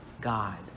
God